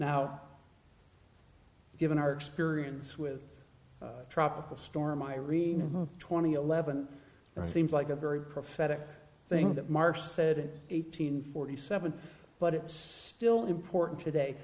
now given our experience with tropical storm irene twenty eleven seems like a very prophetic thing that march said eighteen forty seven but it's still important today